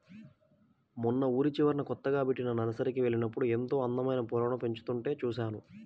మొన్న ఊరి చివరన కొత్తగా బెట్టిన నర్సరీకి వెళ్ళినప్పుడు ఎంతో అందమైన పూలను పెంచుతుంటే చూశాను